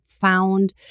found